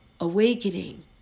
awakening